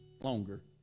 longer